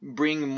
bring